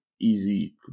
easy